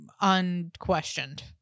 unquestioned